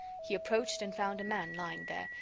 he approached and found a man lying there,